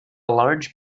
large